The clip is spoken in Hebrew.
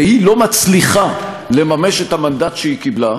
והיא לא מצליחה לממש את המנדט שהיא קיבלה,